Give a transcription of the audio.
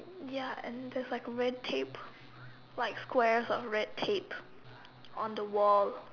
ya and there's like a red tape like squares of red tape on the wall